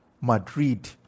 Madrid